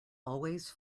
always